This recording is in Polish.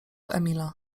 emila